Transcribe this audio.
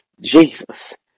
Jesus